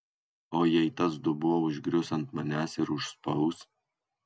o jei tas dubuo užgrius ant manęs ir užspaus